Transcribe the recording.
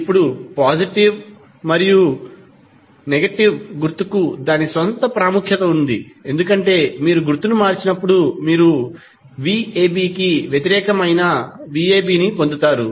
ఇప్పుడు పాజిటివ్ మరియు నెగటివ్ గుర్తుకు దాని స్వంత ప్రాముఖ్యత ఉంది ఎందుకంటే మీరు గుర్తును మార్చినప్పుడు మీరు 𝑣𝑎𝑏 కి వ్యతిరేకం అయినా 𝑣𝑎𝑏 ని పొందుతారు